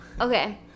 Okay